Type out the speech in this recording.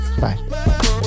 Bye